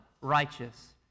righteous